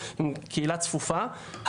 קהילה צפופה,